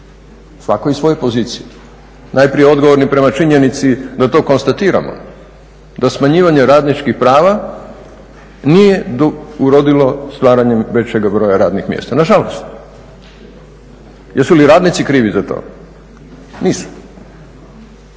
svako iz svoje pozicije. Najprije odgovorni prema činjenici da to konstatiramo, da smanjivanje radničkih prava nije urodilo stvaranjem većega broja radnih mjesta, na žalost. Jesu li radnici krivi za to? Nisu,